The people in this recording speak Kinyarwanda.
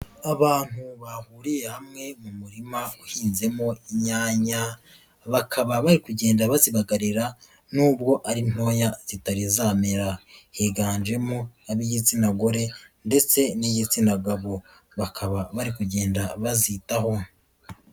Abantu bahuriye hamwe mu murima uhinzemo inyanya bakaba bari kugenda bazibagarira nubwo ari ntoya kitarizamera, higanjemo ab'igitsina gore ndetse n'igitsina gabo bakaba bari kugenda bazitaho.